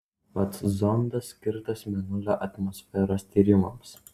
pats zondas skirtas mėnulio atmosferos tyrimams